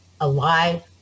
alive